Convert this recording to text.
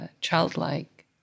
childlike